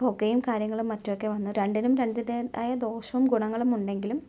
പുകയും കാര്യങ്ങളും മറ്റൊക്കെ വന്ന് രണ്ടിനും ദോഷവും ഗുണങ്ങളും ഉണ്ടെങ്കിലും